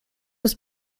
was